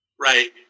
Right